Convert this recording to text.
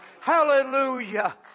Hallelujah